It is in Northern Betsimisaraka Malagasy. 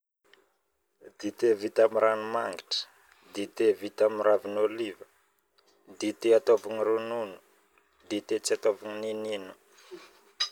dite vita am ranomangitra, dite vita am ravinôlova, dite ataovagna ronono, dite tsy ataovagna ninino